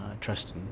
Trust